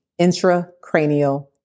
intracranial